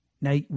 Now